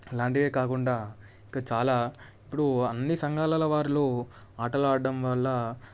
అలాంటివే కాకుండా ఇక చాలా ఇప్పుడు అన్ని సంఘాలలో వారిలో ఆటలు ఆడడం వల్ల